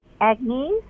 Agnes